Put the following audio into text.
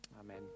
Amen